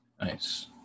Nice